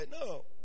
no